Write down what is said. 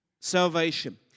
salvation